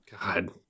God